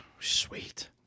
Sweet